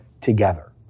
together